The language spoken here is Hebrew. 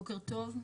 בוקר טוב.